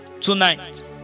tonight